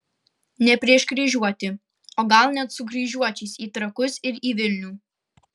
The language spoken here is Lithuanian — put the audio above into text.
ne prieš kryžiuotį o gal net su kryžiuočiais į trakus ir į vilnių